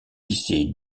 lycée